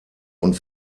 und